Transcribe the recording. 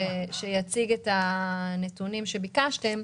להציג את הנתונים שביקשתם,